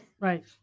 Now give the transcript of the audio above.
right